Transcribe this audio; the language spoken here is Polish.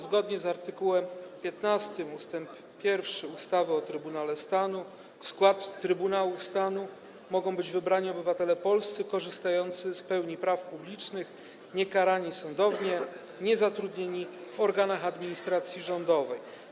Zgodnie z art. 15 ust. 1 ustawy o Trybunale Stanu do składu Trybunału Stanu mogą być wybrani obywatele polscy korzystający z pełni praw publicznych, niekarani sądownie, niezatrudnieni w organach administracji rządowej.